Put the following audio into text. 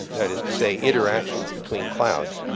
that is to say, interactions between clouds.